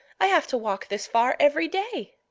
i have to walk this far every day.